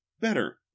better